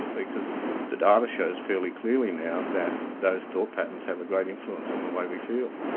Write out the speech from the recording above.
because the data shows fairly clearly now that those thought patterns have a great influence on the way we feel.